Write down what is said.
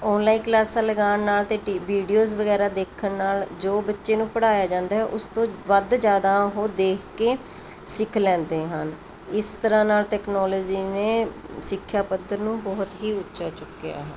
online ਕਲਾਸਾਂ ਲਗਾਣ ਨਾਲ ਅਤੇ ਵੀਡੀਓਜ਼ ਵਗੈਰਾ ਦੇਖਣ ਨਾਲ ਜੋ ਬੱਚੇ ਨੂੰ ਪੜਾਇਆ ਜਾਂਦਾ ਉਸ ਤੋਂ ਵੱਧ ਜਿਆਦਾ ਉਹ ਦੇਖ ਕੇ ਸਿੱਖ ਲੈਂਦੇ ਹਨ ਇਸ ਤਰ੍ਹਾਂ ਨਾਲ ਟੈਕਨੋਲਜੀ ਨੇ ਸਿੱਖਿਆ ਪੱਧਰ ਨੂੰ ਬਹੁਤ ਹੀ ਉੱਚਾ ਚੁੱਕਿਆ ਹੈ